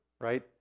right